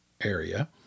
area